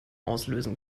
auslösen